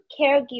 caregiver